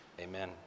Amen